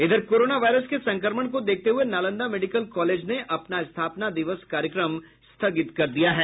इधर corona virus के संक्रमण को देखते हुये नालंदा मेडिकल कॉलेज ने अपना स्थापना दिवस कार्यक्रम स्थगित कर दिया है